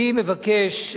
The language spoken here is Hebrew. אני מבקש,